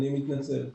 אני מתנצל.